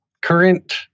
Current